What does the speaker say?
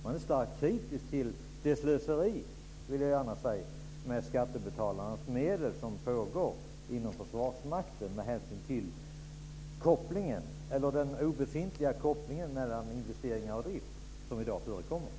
Man är starkt kritisk till det slöseri med skattebetalarnas medel som pågår inom Försvarsmakten med hänsyn till den obefintliga kopplingen mellan investeringar och drift.